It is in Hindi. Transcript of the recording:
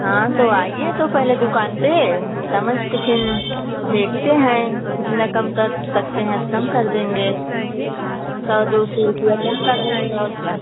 हँ तो आइए तो पहले दुक़ान पर समझकर फिर देखते हैं कितना कम कर सकते हैं कम कर देंगे सौ दो सौ रुपया कम कर देंगे और क्या